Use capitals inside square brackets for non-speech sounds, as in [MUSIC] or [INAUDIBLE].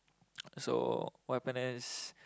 [NOISE] so what happen is